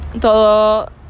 todo